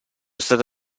stato